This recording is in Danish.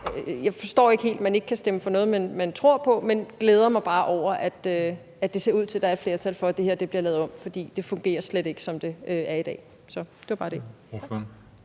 Jeg forstår ikke helt, at man ikke kan stemme for noget, man tror på, men glæder mig bare over, at det ser ud til, at der er et flertal for, at det her bliver lavet om, for det fungerer slet ikke, som det er i dag. Det var bare det.